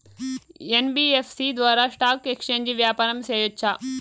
NBFC ద్వారా stock exchange వ్యాపారం సేయొచ్చా?